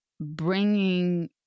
bringing